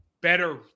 better